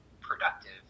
productive